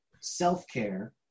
self-care